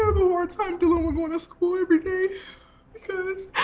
hard time dealing with going to school every day because